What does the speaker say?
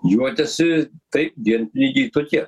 juokiasi taip dienpinigiai tokie